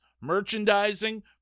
merchandising